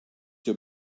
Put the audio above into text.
your